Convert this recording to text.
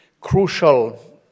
crucial